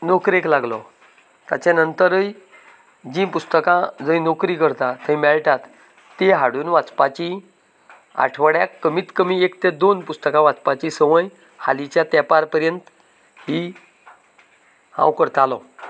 नोकरेक लागलो ताचे नंतरय जी पुस्तकां जंय नोकरी करता थंय मेळटात तीं हाडून वाचपाची आठवड्याक कमीत कमी एक ते दोन पुस्तकां वाचपाची संवय हालीच्या तेंपार पेरेंत ही हांव करतालों